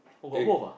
egg